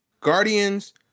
guardians